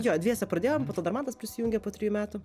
jo dviese pradėjom poto dar mantas prisijungė po trijų metų